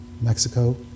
Mexico